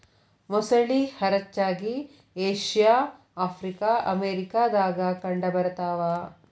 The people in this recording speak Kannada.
ಮೊಸಳಿ ಹರಚ್ಚಾಗಿ ಏಷ್ಯಾ ಆಫ್ರಿಕಾ ಅಮೇರಿಕಾ ದಾಗ ಕಂಡ ಬರತಾವ